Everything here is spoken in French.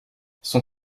son